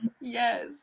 yes